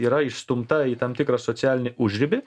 yra išstumta į tam tikrą socialinį užribį